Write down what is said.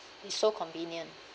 it's so convenient